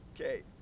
okay